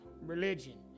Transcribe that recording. Religion